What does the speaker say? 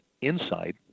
inside